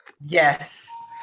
Yes